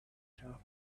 afternoon